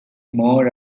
more